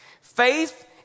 Faith